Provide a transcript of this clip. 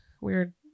weird